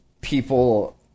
people